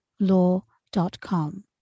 law.com